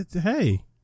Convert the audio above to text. hey